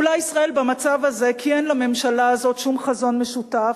אולי ישראל במצב הזה כי אין לממשלה הזאת שום חזון משותף,